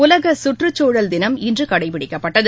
உலக சுற்றுச்சூழல் தினம் இன்று கடைப்பிடிக்கப்பட்டது